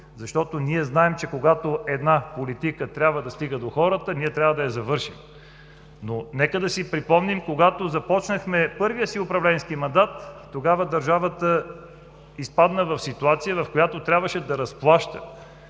защото знаем, че когато една политика трябва да стига до хората, ние трябва да я завършим. Но нека да си припомним, когато започнахме първия управленски мандат, тогава държавата изпадна в ситуация, в която трябваше да разплаща